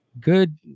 Good